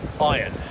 iron